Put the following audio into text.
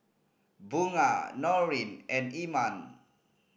Bunga Nurin and Iman